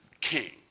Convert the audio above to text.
king